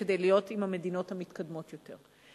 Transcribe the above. כדי להיות עם המדינות המתקדמות יותר.